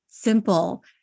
simple